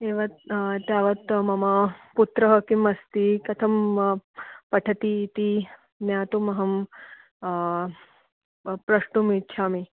एवत् तावत् मम पुत्रः किम् अस्ति कथं पठति इति ज्ञातुम् अहं प्रष्टुम् इच्छामि